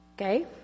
okay